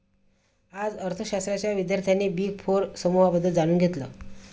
आज अर्थशास्त्राच्या विद्यार्थ्यांनी बिग फोर समूहाबद्दल जाणून घेतलं